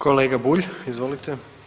Kolega Bulj izvolite.